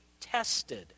tested